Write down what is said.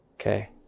Okay